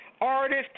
artist